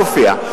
מופיע.